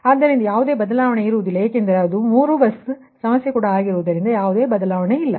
ಆದ್ದರಿಂದ ಯಾವುದೇ ಬದಲಾವಣೆ ಇರುವುದಿಲ್ಲ ಏಕೆಂದರೆ ಅದು 3 ಬಸ್ ಸಮಸ್ಯೆ ಕೂಡ ಆಗಿರುವುದರಿಂದ ಯಾವುದೇ ಬದಲಾವಣೆ ಇಲ್ಲ